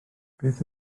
beth